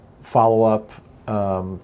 follow-up